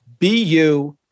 BU